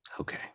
Okay